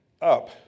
up